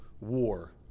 war